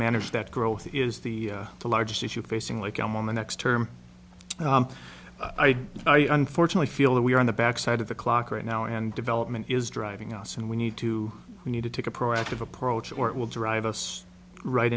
manage that growth is the largest issue facing like i am on the next term i unfortunately feel that we are on the backside of the clock right now and development is driving us and we need to we need to take a proactive approach or it will drive us right